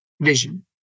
vision